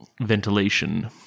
Ventilation